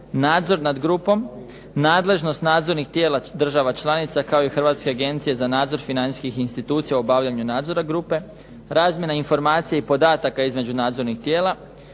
nadzor nad grupom, nadležnost nadzornih tijela država članica kao i Hrvatske agencije za nadzor financijskih institucija u obavljanju nadzora grupe, razmjena informacija i podataka između nadzornih tijela